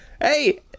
Hey